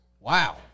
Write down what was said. wow